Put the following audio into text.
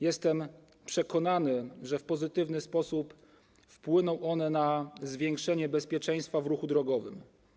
Jestem przekonany, że w pozytywny sposób wpłyną one na zwiększenie bezpieczeństwa w ruchu drogowym.